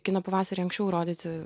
kino pavasary anksčiau rodyti